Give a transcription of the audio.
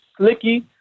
slicky